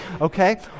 okay